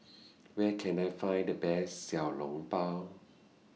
Where Can I Find The Best Xiao Long Bao